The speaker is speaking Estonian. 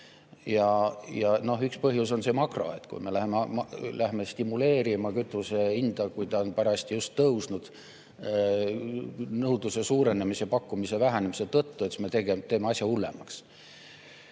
Ja üks põhjus on see makro. Kui me lähme stimuleerima kütuse hinda, kui ta on parajasti just tõusnud nõudluse suurenemise ja pakkumise vähenemise tõttu, siis me tegelikult teeme asja hullemaks.